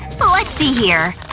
let's see here.